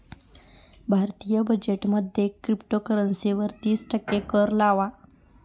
भारतीय बजेट मध्ये क्रिप्टोकरंसी वर तिस टक्के कर लावला